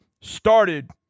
started